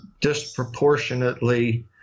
disproportionately